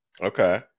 Okay